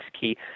key